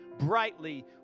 brightly